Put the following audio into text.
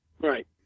right